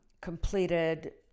completed